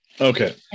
Okay